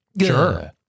Sure